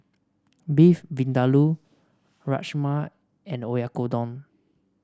Beef Vindaloo Rajma and Oyakodon